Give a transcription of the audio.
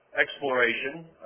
exploration